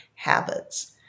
habits